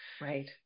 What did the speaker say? Right